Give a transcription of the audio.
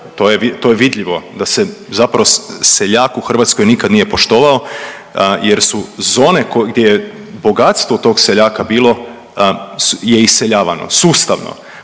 to je vidljivo da se zapravo seljak u Hrvatskoj nikada nije poštovao jer su zone gdje bogatstvo tog seljaka bilo je iseljavano sustavno.